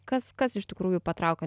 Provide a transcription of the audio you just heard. kas kas iš tikrųjų patraukia